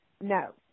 No